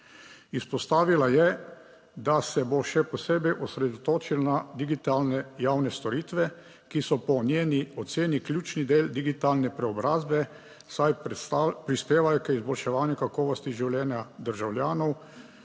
Izpostavila je, da se bo še posebej osredotočila na digitalne javne storitve, ki so po njeni oceni ključni del digitalne preobrazbe, saj prispevajo k izboljševanju kakovosti življenja državljanov,